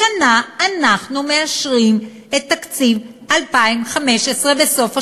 השנה אנחנו מאשרים את תקציב 2015 בסוף השנה.